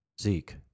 Zeke